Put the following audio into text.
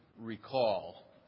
recall